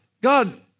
God